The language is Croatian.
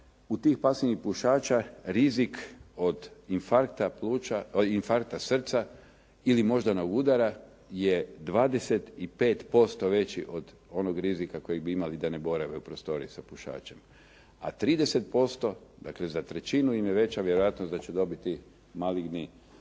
u tih pasivnih pušača rizik od infarkta srca ili moždanog udara je 25% veći od onog rizika kojeg bi imali da ne borave u prostoriji sa pušačem. A 30%, dakle za trećinu im je veća vjerojatnost da će dobiti maligni